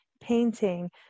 painting